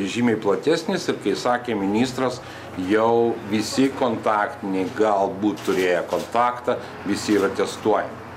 žymiai platesnis ir kai sakė ministras jau visi kontaktiniai galbūt turėję kontaktą visi yra testuojami